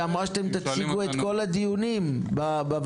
היא אמרה שאתם תציגו את כל הדיונים בוועדה,